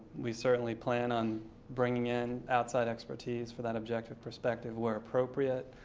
we certainly plan on bringing in outside expertise for that objective perspective where appropriate.